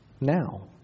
now